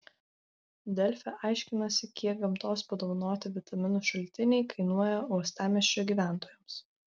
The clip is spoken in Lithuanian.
delfi aiškinasi kiek gamtos padovanoti vitaminų šaltiniai kainuoja uostamiesčio gyventojams